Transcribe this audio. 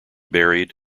buried